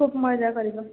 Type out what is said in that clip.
ଖୁବ୍ ମଜା କରିବା